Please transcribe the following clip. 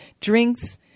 Drinks